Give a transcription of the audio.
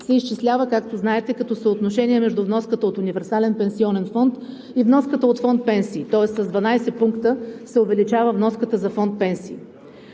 се изчислява, както знаете, като съотношение между вноската от универсален пенсионен фонд и вноската от фонд „Пенсии“, тоест с 12 пункта се увеличава вноската за фонд „Пенсии“.